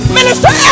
Minister